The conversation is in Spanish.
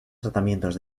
tratamientos